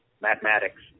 mathematics